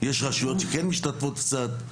יש רשויות שכן משתתפות קצת.